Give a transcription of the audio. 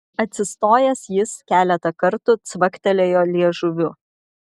atsistojęs jis keletą kartų cvaktelėjo liežuviu